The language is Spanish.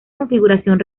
configuración